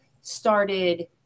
started